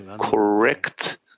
correct